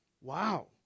wow